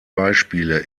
beispiele